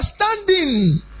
understanding